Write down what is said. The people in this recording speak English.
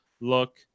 look